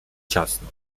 ciasno